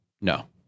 no